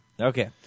Okay